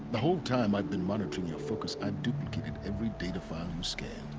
the whole time i've been monitoring your focus i've duplicated every data file